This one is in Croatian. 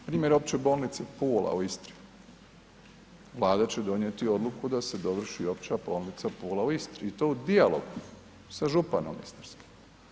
Primjer Opće bolnice Pula u Istri, Vlada će donijeti odluku da se dovrši Opća bolnica Pula u Istri i to u dijalogu sa županom istarskim.